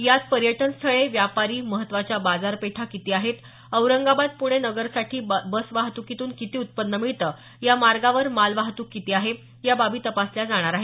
यात पर्यटन स्थळे व्यापारी महत्वाच्या बाजारपेठा किती आहेत औरंगाबाद पुणे नगर साठी बसवाहतुकीतून किती उत्पन्न मिळते या मार्गावर मालवाहतुक किती आहे या बाबी तपासल्या जाणार आहेत